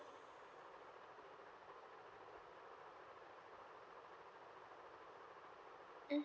mm